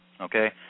okay